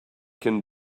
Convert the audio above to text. can